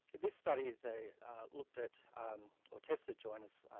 this study they looked at autistic joyness